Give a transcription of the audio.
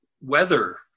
weather